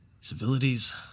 Civilities